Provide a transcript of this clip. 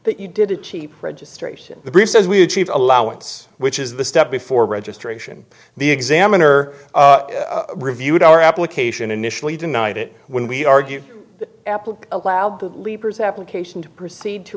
that you did it keep registration brief says we achieve allowance which is the step before registration the examiner reviewed our application initially denied it when we argue apple allow believers application to proceed to